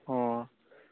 ꯑꯣ